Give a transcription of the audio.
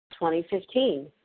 2015